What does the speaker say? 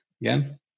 Again